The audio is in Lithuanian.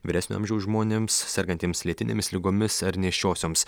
vyresnio amžiaus žmonėms sergantiems lėtinėmis ligomis ar nėščiosioms